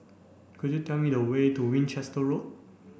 could you tell me the way to Winchester Road